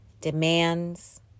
demands